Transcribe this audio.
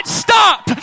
stop